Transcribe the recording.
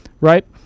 right